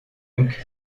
funk